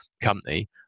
company